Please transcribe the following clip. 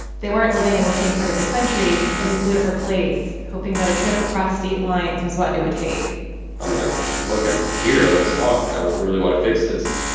they weren't living in the same part of the country, so he flew to her place, hoping that a trip across state lines was what it would take i'm like, look. i'm here. let's talk. i really want to fix this